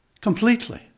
completely